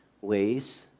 ways